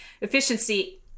efficiency